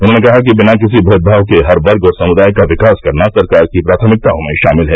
उन्होंने कहा कि बिना किसी भेदभाव के हर वर्ग और समुदाय का विकास करना सरकार की प्राथमिकताओं में शामिल है